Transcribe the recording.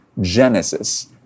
Genesis